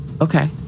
okay